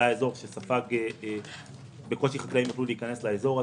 זה האזור שספג וחקלאים בקושי יכלו להיכנס אליו.